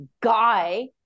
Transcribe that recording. guy